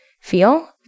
feel